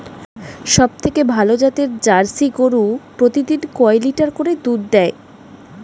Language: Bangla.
সবথেকে ভালো জাতের জার্সি গরু প্রতিদিন কয় লিটার করে দুধ দেয়?